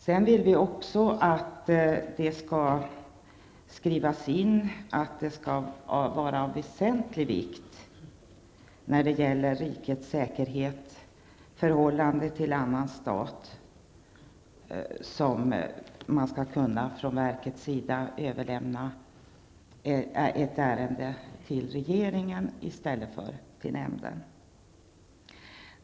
Sedan vill vi också att det skall skrivas in i lagen att ärendet måste vara av väsentlig vikt för rikets säkerhet eller rikets förhållande till annan stat för att verket skall vara tvunget att överlämna ärendet till regeringen i stället för till nämnden.